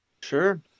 Sure